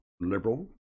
liberal